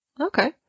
Okay